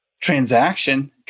transaction